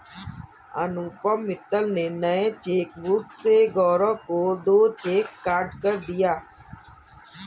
अनुपम मित्तल ने नए चेकबुक से गौरव को दो चेक काटकर दिया